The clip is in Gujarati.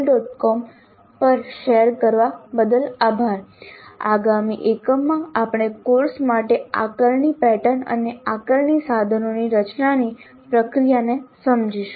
com પર શેર કરવા બદલ આભાર આગામી એકમમાં આપણે કોર્સ માટે આકારણી પેટર્ન અને આકારણી સાધનોની રચનાની પ્રક્રિયાને સમજીશું